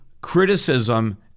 criticism